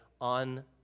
on